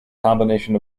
combination